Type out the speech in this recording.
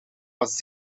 was